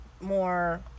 more